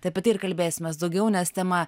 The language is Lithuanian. tai apie tai ir kalbėsimės daugiau nes tema